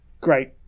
Great